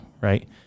right